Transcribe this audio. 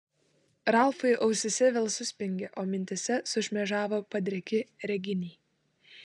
ralfui ausyse vėl suspengė o mintyse sušmėžavo padriki reginiai